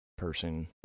person